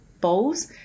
bowls